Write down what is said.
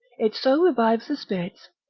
it so revives the spirits,